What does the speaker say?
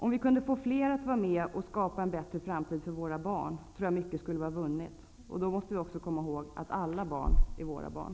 Om vi kunde få fler att vara med om att skapa en bättre framtid för våra barn, tror jag att mycket skulle vara vunnet. Vi måste komma ihåg att alla barn är våra barn.